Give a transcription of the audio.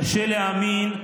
קשה להאמין,